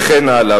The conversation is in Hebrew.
וכן הלאה.